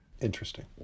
Interesting